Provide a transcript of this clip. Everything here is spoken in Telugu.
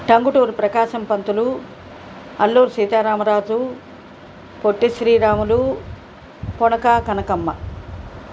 టంగుటూరి ప్రకాశం పంతులు అల్లూరి సీతారామరాజు పొట్టి శ్రీరాములు పొనకా కనకమ్మ